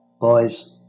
boys